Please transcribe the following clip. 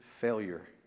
failure